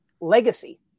legacy